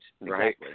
Right